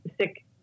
sick